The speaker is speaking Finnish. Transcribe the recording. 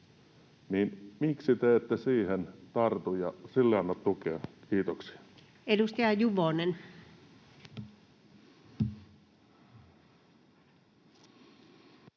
Miksi te ette siihen tartu ja sille anna tukea? — Kiitoksia. [Speech